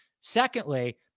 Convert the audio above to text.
Secondly